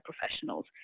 professionals